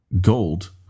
gold